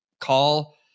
call